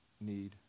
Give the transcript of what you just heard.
need